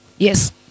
Yes